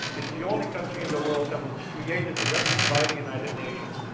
it's the only country in the world that was created directly by the united nations,